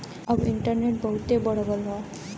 अब इन्टरनेट बहुते बढ़ गयल हौ